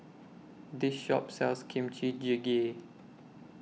This Shop sells Kimchi Jjigae